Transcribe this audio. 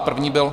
První byl...